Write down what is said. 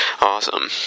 Awesome